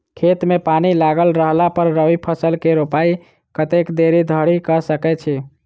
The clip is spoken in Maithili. खेत मे पानि लागल रहला पर रबी फसल केँ रोपाइ कतेक देरी धरि कऽ सकै छी?